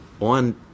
on